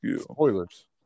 spoilers